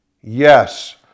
Yes